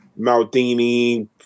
Maldini